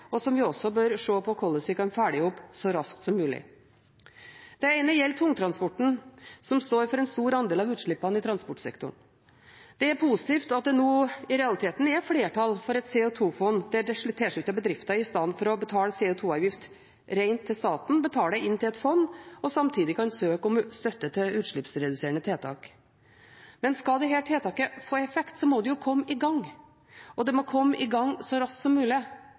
og som vi også bør se på hvordan vi kan følge opp så raskt som mulig. Det ene gjelder tungtransporten som står for en stor andel av utslippene i transportsektoren. Det er positivt at det nå i realiteten er flertall for et CO2-fond der tilsluttede bedrifter, istedenfor å betale CO2-avgift rett til staten, betaler inn til et fond, og samtidig som de kan søke om støtte til utslippsreduserende tiltak. Men skal dette tiltaket få effekt, må det jo komme i gang – og det må komme i gang så raskt som mulig,